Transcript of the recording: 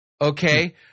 okay